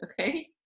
Okay